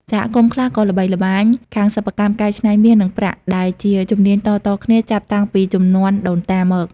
សហគមន៍ខ្លះក៏ល្បីល្បាញខាងសិប្បកម្មកែច្នៃមាស និងប្រាក់ ដែលជាជំនាញតៗគ្នាចាប់តាំងពីជំនាន់ដូនតាមក។